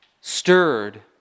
stirred